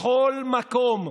בכל מקום,